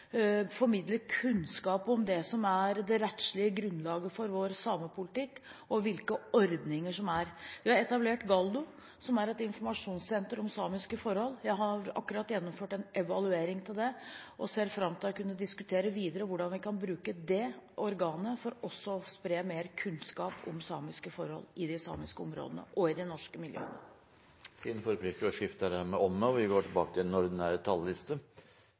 formidle kunnskap om samiske forhold, formidle kunnskap om det som er det rettslige grunnlaget for vår samepolitikk og hvilke ordninger som er. Vi har etablert Gáldu, som er et informasjonssenter om samiske forhold. Jeg har akkurat gjennomført en evaluering av det, og ser fram til å kunne diskutere videre hvordan vi kan bruke det organet for å spre mer kunnskap om samiske forhold i de samiske områdene og i det norske miljøet. Replikkordskiftet er omme. Når vi ser de ulike partienes merknader til